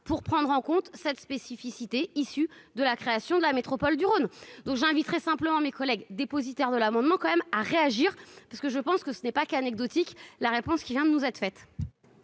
pour prendre en compte cette spécificité, issu de la création de la métropole du Rhône dont j'inviterai simplement mes collègues dépositaire de l'amendement quand même à réagir parce que je pense que ce n'est pas qu'anecdotique, la réponse qui vient de nous être faite.